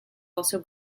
also